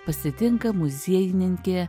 pasitinka muziejininkė